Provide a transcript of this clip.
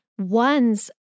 one's